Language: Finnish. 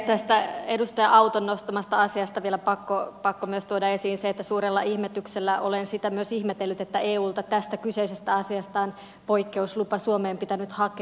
tästä edustaja auton nostamasta asiasta on vielä pakko myös tuoda esiin se että suurella ihmetyksellä olen sitä myös ihmetellyt että eulta tästä kyseisestä asiasta on poikkeuslupa suomeen pitänyt hakea